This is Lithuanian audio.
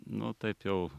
nu taip jau